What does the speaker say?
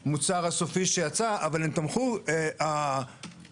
להישאר ברשת כי בכל זאת לרשות יש עלויות על השקית.